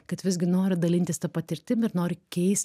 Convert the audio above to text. kad visgi noriu dalintis ta patirtim ir noriu keist